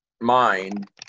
mind